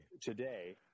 today